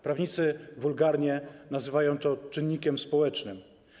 Prawnicy wulgarnie nazywają to czynnikiem społecznym.